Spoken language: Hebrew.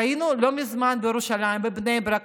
ראינו לא מזמן בירושלים, בבני ברק.